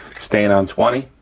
staying on twenty.